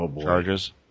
charges